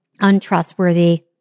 untrustworthy